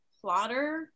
plotter